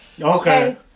Okay